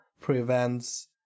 prevents